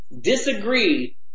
disagree